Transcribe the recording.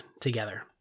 together